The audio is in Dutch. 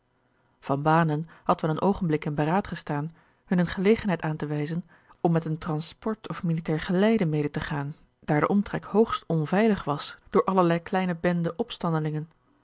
had wel een oogenblik in beraad gestaan hun eene gelegenheid aan te wijzen om met een transport of militair geleide mede te gaan daar de omtrek hoogst onveilig was door allerlei kleine benden